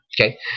okay